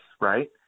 right